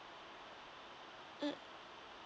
mm